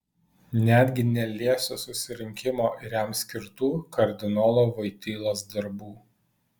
netgi neliesiu susirinkimo ir jam skirtų kardinolo voitylos darbų